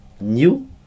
new